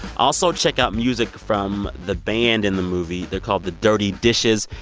also, check out music from the band in the movie. they're called the dirty dishes.